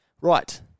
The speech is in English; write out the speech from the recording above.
Right